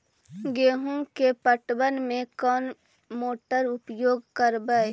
गेंहू के पटवन में कौन मोटर उपयोग करवय?